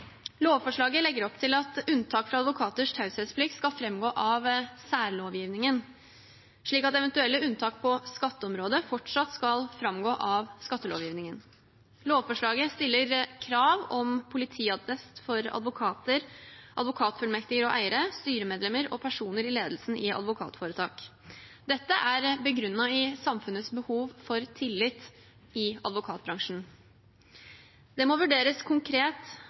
Lovforslaget legger opp til at unntak fra advokaters taushetsplikt skal framgå av særlovgivningen, slik at eventuelle unntak på skatteområdet fortsatt skal framgå av skattelovgivningen. Lovforslaget stiller krav om politiattest for advokater, advokatfullmektiger, eiere, styremedlemmer og personer i ledelsen i advokatforetak. Dette er begrunnet i samfunnets behov for tillit i advokatbransjen. Det må vurderes konkret